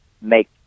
make